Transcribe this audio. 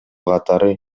катары